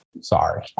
sorry